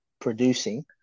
producing